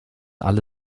alle